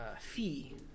fee